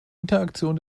interaktion